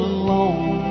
alone